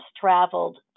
traveled